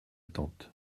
tante